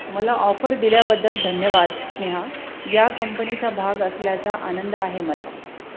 मला ऑफर दिल्याबद्दल धन्यवाद स्नेहा या कंपनीचा भाग असल्याचा आनंद आहे मला